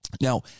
Now